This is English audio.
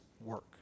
work